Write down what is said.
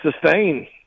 sustain